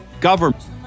government